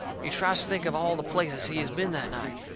he tries to think of all the places he has been that night.